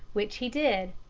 which he did.